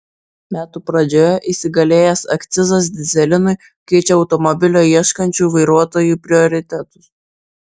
metų pradžioje įsigalėjęs akcizas dyzelinui keičia automobilio ieškančių vairuotojų prioritetus